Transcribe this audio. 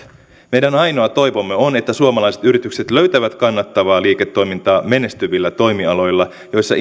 meidän ainoa toivomme on että suomalaiset yritykset löytävät kannattavaa liiketoimintaa menestyvillä toimialoilla joilla